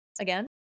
again